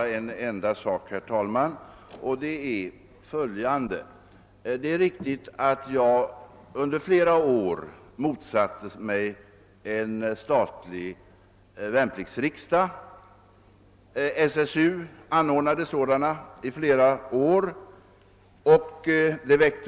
Herr talman! Bara en sak. Det är riktigt att jag länge motsatte mig förslaget om en statlig värnpliktsriksdag och att SSU under fiera år anordnade sådana riksdagar.